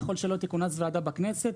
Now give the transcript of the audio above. ככול שלא תכונס ועדה בכנסת,